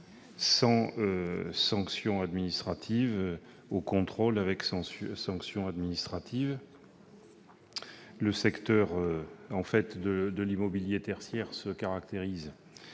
sans sanction administrative au contrôle avec sanction administrative. Le secteur de l'immobilier tertiaire se caractérise